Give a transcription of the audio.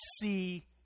see